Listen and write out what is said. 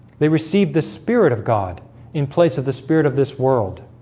they received the spirit of god in place of the spirit of this world